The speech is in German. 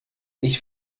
ich